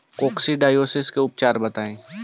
Coccidiosis के उपचार बताई?